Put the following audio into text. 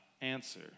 answer